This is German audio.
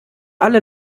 alle